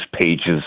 pages